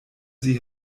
sie